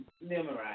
Memorize